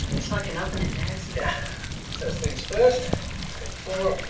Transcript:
it's like an oven in there yeah first things first take the floor